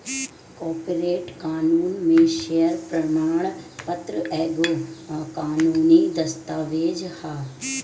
corporate कानून में share प्रमाण पत्र एगो कानूनी दस्तावेज हअ